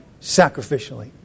sacrificially